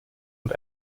und